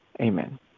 Amen